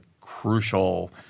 crucial